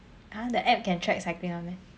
!huh! the app can track cycling [one] meh